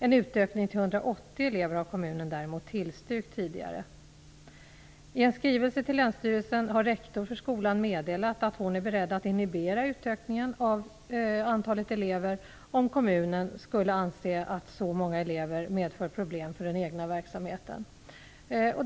En utökning till 180 elever har kommunen däremot tillstyrkt tidigare. I en skrivelse till länsstyrelsen har rektorn för skolan meddelat att hon är beredd att inhibera utökningen av antalet elever, om kommunen skulle anse att så många elever medför problem för den egna verksamheten.